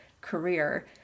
career